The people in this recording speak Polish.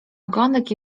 ogonek